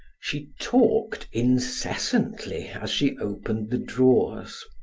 she talked incessantly as she opened the drawers